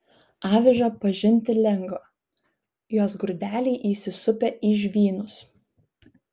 avižą pažinti lengva jos grūdeliai įsisupę į žvynus